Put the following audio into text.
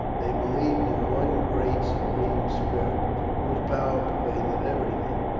they believed in one great supreme spirit, whose power pervaded everything.